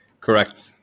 Correct